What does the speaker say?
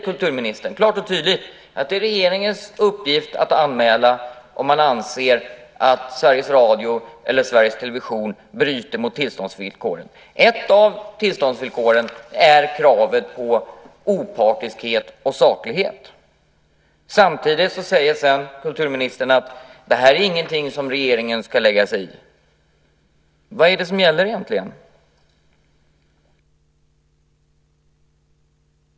Kulturministern säger klart och tydligt att det är regeringens uppgift att anmäla om man anser att Sveriges Radio eller Sveriges Television bryter mot tillståndsvillkoren. Ett av tillståndsvillkoren är kravet på opartiskhet och saklighet. Sedan säger kulturministern att detta inte är något som regeringen ska lägga sig i. Vad är det som gäller egentligen?